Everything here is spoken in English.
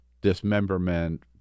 dismemberment